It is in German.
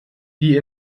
die